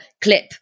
clip